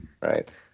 Right